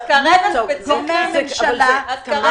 במקרה הספציפי הזה מדובר במקרה כזה כמו שאמרת,